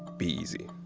be easy